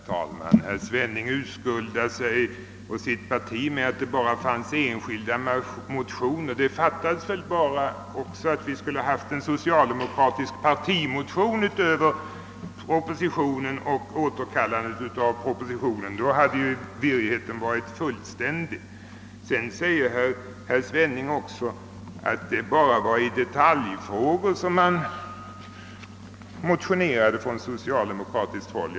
Herr talman! Herr Svenning urskuldar sig och sitt parti med att det från socialdemokratiskt håll bara fanns enskilda motioner. Det fattas bara, att vi skulle ha haft en socialdemokratisk partimotion utöver propositionen och återkallandet av propositionen. Då hade ju virrigheten varit fullständig. Herr Svenning säger att det endast var i detaljfrågor man motionerade från socialdemokratiskt håll.